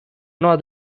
nor